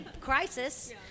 crisis